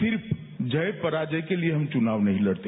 सिर्फ जय पराजय के लिए हम चुनाव नहीं लड़ते